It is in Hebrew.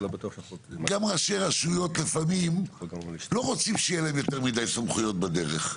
גם ראשי רשויות לפעמים לא רוצים שיהיה להם יותר מיד סמכויות בדרך.